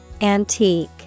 Antique